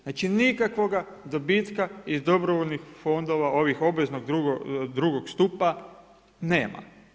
Znači, nikakvoga dobitka iz dobrovoljnih fondova ovih obveznog drugog stupa nema.